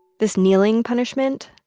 this kneeling punishment,